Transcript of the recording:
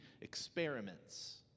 experiments